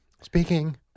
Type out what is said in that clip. Speaking